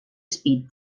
speed